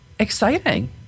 exciting